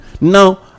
now